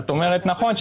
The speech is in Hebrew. את אומרת נכון,